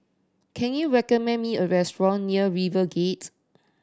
can you recommend me a restaurant near RiverGate